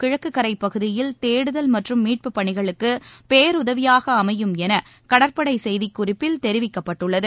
கிழக்கு கரைப்பகுதியில் தேடுதல் மற்றும் மீட்புப் பணிகளுக்கு பேருதவியாக அமையும் என கடற்படை செய்திக்குறிப்பில் தெரிவிக்கப்பட்டுள்ளது